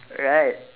right